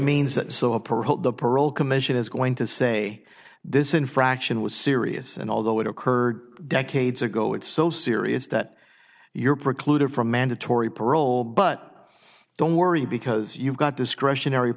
paroled the parole commission is going to say this infraction was serious and although it occurred decades ago it's so serious that you're precluded from mandatory parole but don't worry because you've got discretionary